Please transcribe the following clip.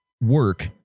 work